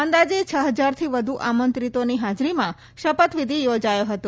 અંદાજે છ હજારથી વધુ આમંત્રિતોની હાજરીમાં શપથવિધિ યોજાયો હતો